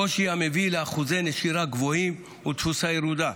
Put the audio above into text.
קושי המביא לאחוזי נשירה גבוהים ולתפוסה ירודה,